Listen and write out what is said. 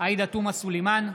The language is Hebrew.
עאידה תומא סלימאן,